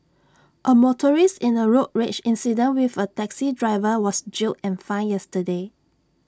A motorist in A road rage incident with A taxi driver was jailed and fined yesterday